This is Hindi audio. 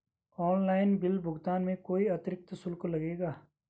ऑनलाइन बिल भुगतान में कोई अतिरिक्त शुल्क लगेगा?